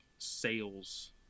sales